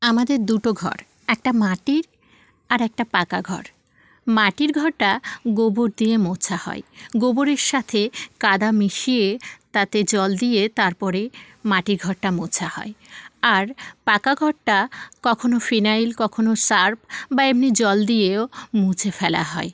আমাদের দুটো ঘর একটা মাটির আর একটা পাকা ঘর মাটির ঘরটা গোবর দিয়ে মোছা হয় গোবরের সাথে কাদা মিশিয়ে তাতে জল দিয়ে তারপরে মাটির ঘরটা মোছা হয় আর পাকা ঘরটা কখনও ফিনাইল কখনও সার্ফ বা এমনই জল দিয়েও মুছে ফেলা হয়